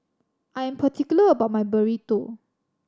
I'm particular about my Burrito